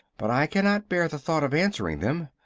but i cannot bear the thought of answering them.